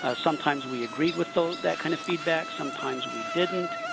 ah sometimes we agreed with so that kind of feedback, sometimes we didn't.